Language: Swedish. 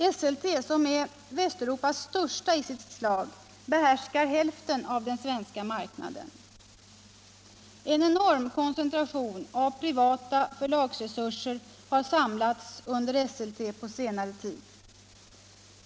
Esselte, som är Västeuropas största i sitt slag, behärskar hälften av den svenska marknaden. En enorm koncentration av privata förlagsresurser har samlats under Esselte på senare tid.